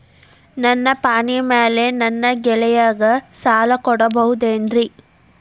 ನನ್ನ ಪಾಣಿಮ್ಯಾಲೆ ನನ್ನ ಗೆಳೆಯಗ ಸಾಲ ಕೊಡಬಹುದೇನ್ರೇ?